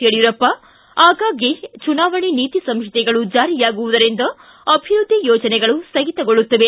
ಯಡಿಯೂರಪ್ಪ ಆಗಾಗ್ಗೆ ಚುನಾವಣೆ ನೀತಿ ಸಂಹಿತೆಗಳು ಜಾರಿಯಾಗುವುದರಿಂದ ಅಭಿವೃದ್ಧಿ ಯೋಜನೆಗಳು ಸ್ಥಗಿತಗೊಳ್ಳುತ್ತವೆ